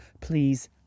Please